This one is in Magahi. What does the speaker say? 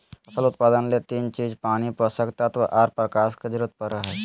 फसल उत्पादन ले तीन चीज पानी, पोषक तत्व आर प्रकाश के जरूरत पड़ई हई